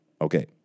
Okay